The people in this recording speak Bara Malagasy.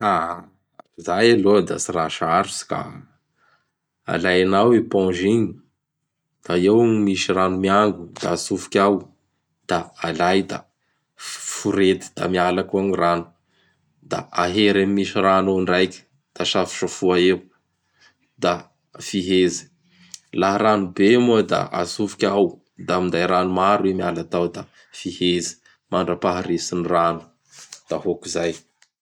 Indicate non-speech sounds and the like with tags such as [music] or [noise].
[hesitation] [noise] Zay aloha da tsy raha tsarotsy ka. Alainao emponge igny, da eo gny misy rano miango, [noise] da atspfiky ao, da alay i da fo-forety da miala koa ñy rano; da ahery amin'gny misy rano ao ndraiky da safosaofa eo; da fihezy. Laha rano be moa da atsofoky ao; da minday rano maro i miala tao da fihezy mandrapaharitsy gny rano. [noise] Da hôkizay.